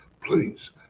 please